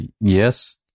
Yes